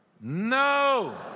No